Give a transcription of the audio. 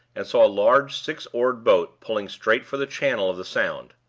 and saw a large six-oared boat pulling straight for the channel of the sound.